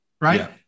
right